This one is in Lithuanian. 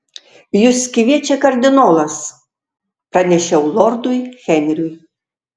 jus kviečia kardinolas pranešiau lordui henriui